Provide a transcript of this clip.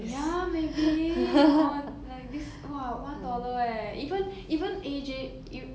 ya maybe you know like this !wah! one dollar eh even even A_J you